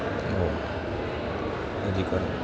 હો હજી કરો